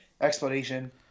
explanation